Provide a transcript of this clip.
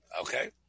Okay